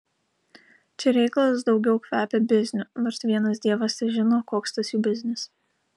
čia reikalas daugiau kvepia bizniu nors vienas dievas težino koks tas jų biznis